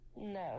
No